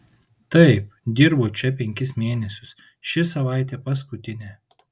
taip dirbau čia penkis mėnesius ši savaitė paskutinė